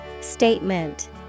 Statement